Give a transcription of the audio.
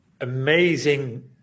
amazing